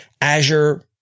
Azure